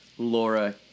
Laura